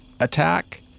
Attack